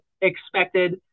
expected